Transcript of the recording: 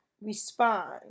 respond